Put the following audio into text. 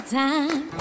time